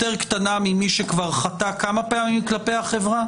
קטנה ממי שחטא כמה פעמים כלפי החברה?